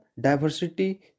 diversity